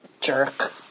jerk